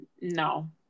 no